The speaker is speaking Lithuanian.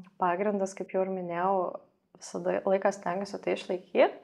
pagrindas kaip jau ir minėjau visada laiką stengiuosi tai išlaiky